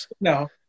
no